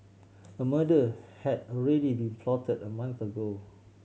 a murder had already been plotted a month ago